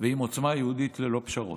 ועם עוצמה יהודית ללא פשרות.